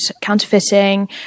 counterfeiting